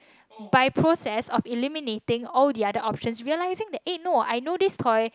by process of eliminating all the other options realizing that eh no I know this toy